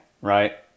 right